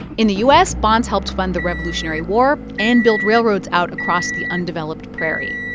in the u s, bonds helped fund the revolutionary war and build railroads out across the undeveloped prairie.